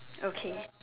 okay